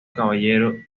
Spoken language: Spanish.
caballero